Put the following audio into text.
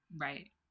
right